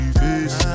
face